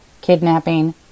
kidnapping